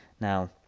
now